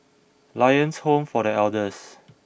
Lions Home for The Elders